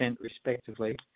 respectively